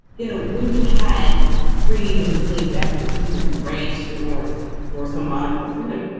you know, when you had freed enslaved africans, people who ran to the north for some modicum of freedom.